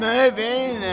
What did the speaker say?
Moving